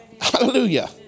Hallelujah